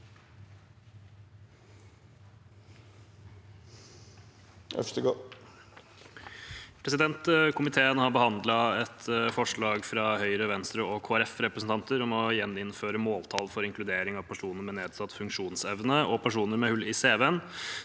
Komiteen har behandlet et forslag fra Høyre-, Venstre- og Kristelig Folkeparti-representanter om å gjeninnføre måltall for inkludering av personer med nedsatt funksjonsevne og personer med hull i cv-en